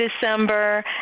December